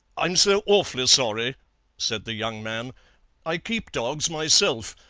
i'm so awfully sorry said the young man i keep dogs myself,